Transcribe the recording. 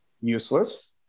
useless